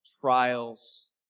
Trials